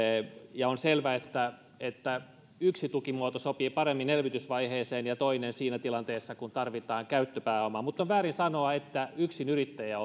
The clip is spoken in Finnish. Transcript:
ja on selvää että yksi tukimuoto sopii paremmin elvytysvaiheeseen ja toinen siihen tilanteeseen kun tarvitaan käyttöpääomaa mutta on väärin sanoa että yksinyrittäjät